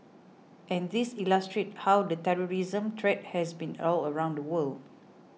and these illustrate how the terrorism threat has been all around the world